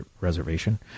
reservation